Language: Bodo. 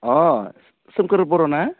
अ सोमखोर बर'ना